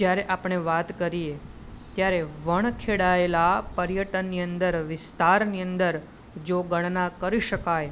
જ્યારે આપણે વાત કરીએ ત્યારે વણખેડાયેલા પર્યટનની અંદર વિસ્તારની અંદર જો ગણના કરી શકાય